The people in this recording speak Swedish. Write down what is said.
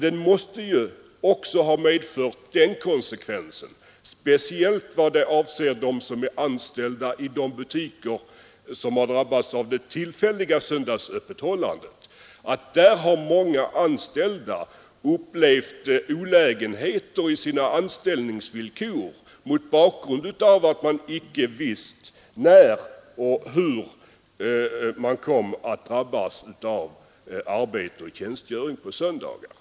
Den måste också ha haft den konsekvensen — speciellt gäller detta dem som är anställda i butiker som tillämpat det tillfälliga söndagsöppethållandet — att många upplevt olägenheter i sina anställningsvillkor på grund av att man icke vetat när och i vilken utsträckning man skulle drabbas av tjänstgöring på söndagar.